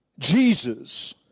Jesus